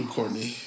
Courtney